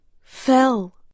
fell